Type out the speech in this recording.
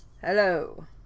hello